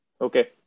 Okay